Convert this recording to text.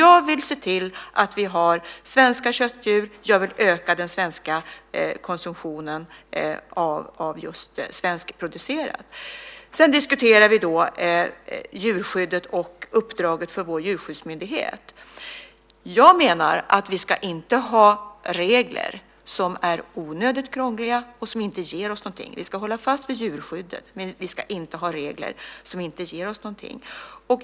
Jag vill se till att vi har svenska köttdjur. Jag vill öka den svenska konsumtionen av just svenskproducerat kött. Sedan diskuterar vi djurskyddet och uppdraget för vår djurskyddsmyndighet. Jag menar att vi inte ska ha regler som är onödigt krångliga och som inte ger oss någonting. Vi ska hålla fast vid djurskyddet, men vi ska inte ha regler som inte ger oss någonting.